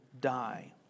die